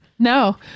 No